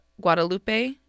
Guadalupe